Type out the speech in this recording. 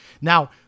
Now